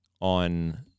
on